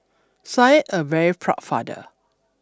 said a very prod father